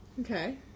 Okay